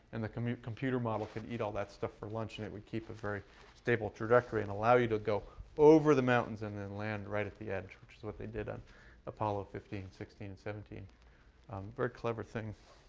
and the computer computer model could eat all that stuff for lunch and it would keep a very stable trajectory and allow you to go over the mountains, and then land right at the edge, which is what they did on apollo fifteen, and sixteen, and seventeen, a um very clever thing.